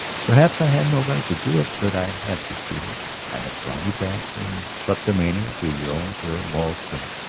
perhaps i had no right to do it. but i have succeeded i have drawn you back from kleptomania to your own clear moral strength.